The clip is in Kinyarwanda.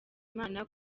imana